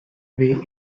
way